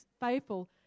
faithful